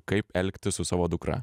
kaip elgtis su savo dukra